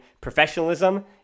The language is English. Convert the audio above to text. professionalism